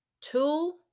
two